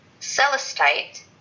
Celestite